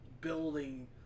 building